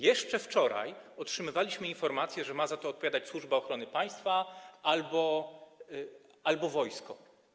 Jeszcze wczoraj otrzymywaliśmy informacje, że ma za to odpowiadać Służba Ochrony Państwa albo wojsko.